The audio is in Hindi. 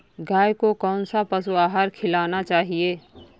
गाय को कौन सा पशु आहार खिलाना चाहिए?